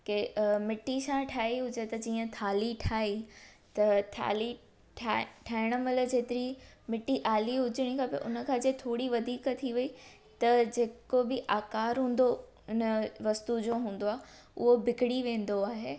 के अ मिटी सां ठाही हुजे त जीअं थाली ठाही त थाली ठाहे ठाहिण महिल जेतिरी मिटी आली हुजणु खपे उनखां जे थोरी वधीक थी वई त जेको बि आकार हूंदो उन वस्तू जो हूंदो आहे उहो बिगड़ी वेंदो आहे